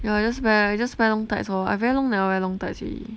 yeah just wear just wear long tights lor I very long never wear long tights already